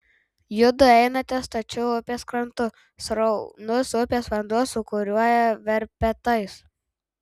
judu einate stačiu upės krantu sraunus upės vanduo sūkuriuoja verpetais